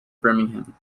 birmingham